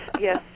yes